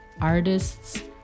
artists